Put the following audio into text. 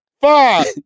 Fuck